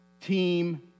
team